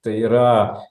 tai yra